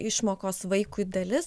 išmokos vaikui dalis